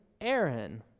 Aaron